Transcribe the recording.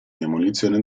demolizione